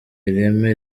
ireme